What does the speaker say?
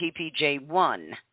PPJ1